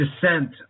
descent